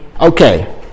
Okay